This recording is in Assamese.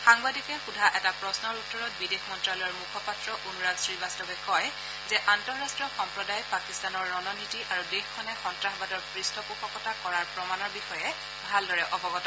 সাংবাদিকে সোধা এটা প্ৰশ্নৰ উত্তৰত বিদেশ মন্তালয়ৰ মুখপাত্ৰ অনুৰাগ শ্ৰীবাস্তৱে কয় যে আন্তঃৰাষ্ট্ৰীয় সম্প্ৰদায় পাকিস্তানৰ ৰণনীতি আৰু দেশখনে সন্তাসবাদৰ পৃষ্ঠপোষকতা কৰাৰ প্ৰমাণৰ বিষয়ে ভালদৰে অৱগত